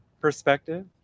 perspective